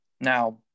Now